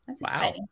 wow